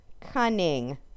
cunning